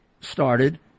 started